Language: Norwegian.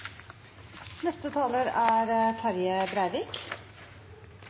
Neste taler er